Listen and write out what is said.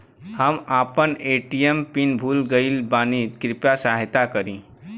हम आपन ATM PIN भूल गईल बानी कृपया सहायता करी